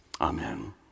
amen